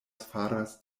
faras